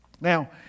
Now